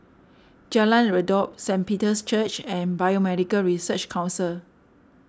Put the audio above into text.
Jalan Redop Saint Peter's Church and Biomedical Research Council